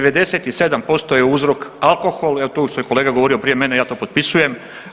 97% je uzrok alkohol, jer tu što je kolega govorio prije mene ja to potpisujem.